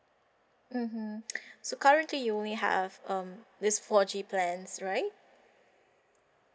mmhmm so currently you only have um this four G plans right